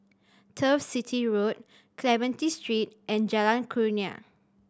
Turf City Road Clementi Street and Jalan Kurnia